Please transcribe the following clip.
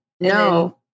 no